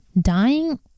dying